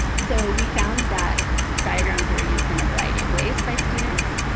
so we found that diagrams were used in a variety of ways by students.